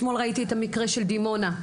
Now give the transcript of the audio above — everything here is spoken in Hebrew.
אתמול ראיתי את המקרה של דימונה,